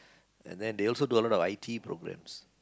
then they also do a lot of I_T programs